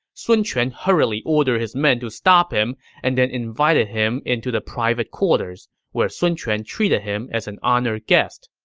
sun quan hurriedly ordered his men to stop him and then invited him into the private quarters, where sun quan treated him as an honored guest.